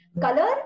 color